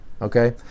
okay